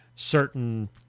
Certain